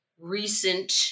recent